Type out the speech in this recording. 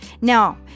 Now